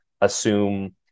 assume